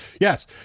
yes